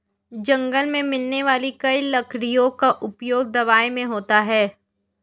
जंगल मे मिलने वाली कई लकड़ियों का उपयोग दवाई मे होता है